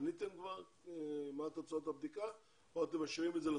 עניתם כבר מה תוצאות הבדיקה או אתם משאירים את זה לסוף?